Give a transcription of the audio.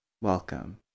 welcome